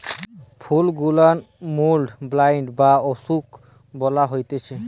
ফুল গুলার mould, blight সব অসুখ গুলা হচ্ছে